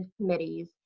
committees